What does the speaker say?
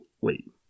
Wait